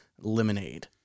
Lemonade